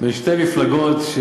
שתי מפלגות.